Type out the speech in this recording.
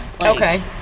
okay